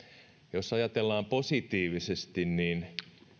jos ajatellaan positiivisesti niin